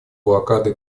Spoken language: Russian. блокады